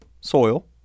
soil